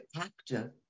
active